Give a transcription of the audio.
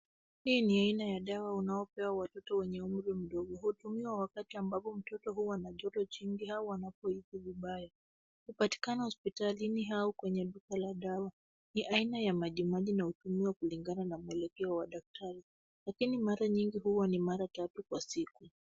Hii ni aina ya dawa unaopewa watoto wenye umri mdogo. Hutumiwa wakati ambapo mtoto huwa na joto jingi au anapohisi vibaya. Hupatikana hospitalini au kwenye duka la dawa. Ni aina ya majimaji na hutumiwa kulingana na mwelekeo wa daktari. Lakini mara nyingi huwa ni mara tatu kwa siku.